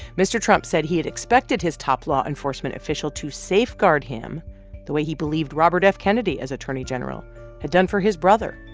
mr. trump said he had expected his top law enforcement official to safeguard him the way he believed robert f. kennedy as attorney general had done for his brother,